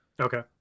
Okay